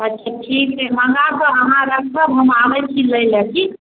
अच्छा ठीक छै मँगा कऽ अहाँ राखब हम आबै छी लै लेल ठीक